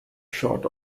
shot